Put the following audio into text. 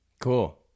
Cool